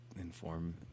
inform